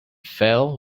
fell